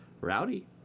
Rowdy